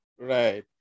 Right